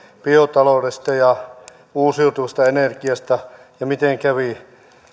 biotaloudesta ja uusiutuvasta energiasta ja miten kävi